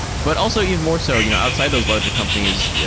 but also even more so, you know outside those larger companies, yeah